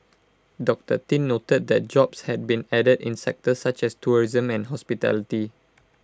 doctor tin noted that jobs had been added in sectors such as tourism and hospitality